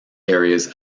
areas